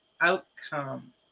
outcome